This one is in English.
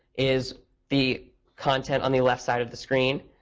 is the content on the left side of the screen.